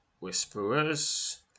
Whisperers